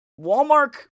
Walmart